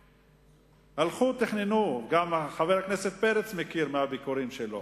גם חבר הכנסת פרץ מכיר, מהביקורים שלו.